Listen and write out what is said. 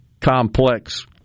complex